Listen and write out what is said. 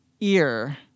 ear